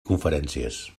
conferències